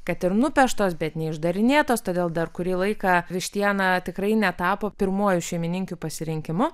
kad ir nupeštos bet neišdarinėtos todėl dar kurį laiką vištiena tikrai netapo pirmuoju šeimininkių pasirinkimu